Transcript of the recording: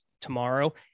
tomorrow